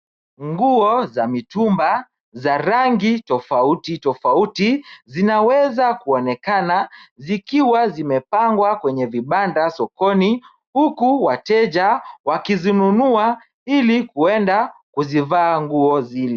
Nguo za mitumba za rangi tofauti tofauti, zinaweza kuonekana zikiwa zimepangwa kwenye vibanda sokoni, huku wateja wakizinunua ili kuenda kuzivaa nguo zile.